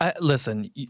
listen